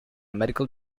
medical